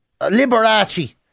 Liberace